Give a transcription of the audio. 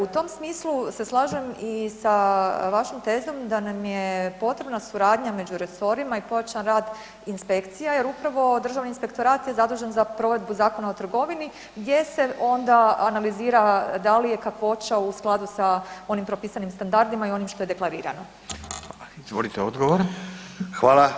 U tom smislu se slažem i sa vašom tezom da nam je potrebna suradnja među resorima i pojačan rad inspekcija jer upravo državni inspektorat je zadužen za provedbu Zakona o trgovini gdje se onda analizira da li je kakvoća u skladu sa onim propisanim standardima i onim što je deklarirano.